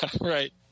right